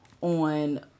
on